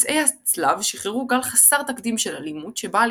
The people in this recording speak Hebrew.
מסעי הצלב שחררו גל חסר תקדים של אלימות שבאה